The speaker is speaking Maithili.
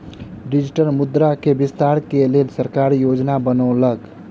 डिजिटल मुद्रा के विस्तार के लेल सरकार योजना बनौलक